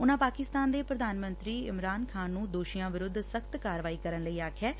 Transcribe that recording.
ਉਨੂਾ ਪਾਕਿਸਤਾਨ ਦੇ ਪ੍ਰਧਾਨ ਮੰਤਰੀ ਇਮਰਾਨ ਖਾਨ ਨੂੰ ਦੋਸ਼ੀਆਂ ਵਿਰੁੱਧ ਸਖ਼ਤ ਕਾਰਵਾਈ ਕਰਨ ਲਈ ਆਖਿਐਂ